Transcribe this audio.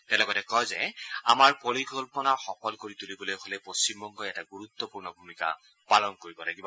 তেওঁ লগতে কয় যে আমাৰ পৰিকল্পনা সফল কৰি তুলিবলৈ হলে পশ্চিমবংগ এটা গুৰুত্বপূৰ্ণ ভূমিকা পালন কৰিব লাগিব